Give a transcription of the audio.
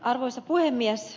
arvoisa puhemies